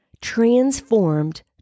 transformed